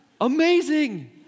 Amazing